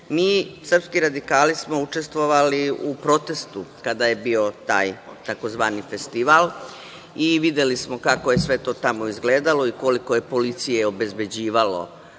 srpski radikali, smo učestvovali u protestu kada je bio taj tzv. festival i videli smo kako je sve to tamo izgledalo i koliko je policije obezbeđivalo